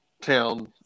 town